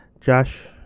Josh